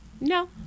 No